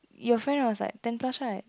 your friend was like ten plus right